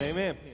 Amen